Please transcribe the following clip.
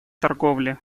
торговли